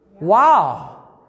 Wow